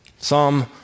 Psalm